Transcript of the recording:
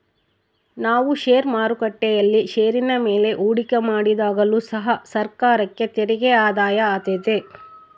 ನಾವು ಷೇರು ಮಾರುಕಟ್ಟೆಯಲ್ಲಿ ಷೇರಿನ ಮೇಲೆ ಹೂಡಿಕೆ ಮಾಡಿದಾಗಲು ಸಹ ಸರ್ಕಾರಕ್ಕೆ ತೆರಿಗೆ ಆದಾಯ ಆತೆತೆ